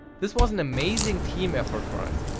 this was an amazing team effort for us.